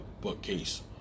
bookcase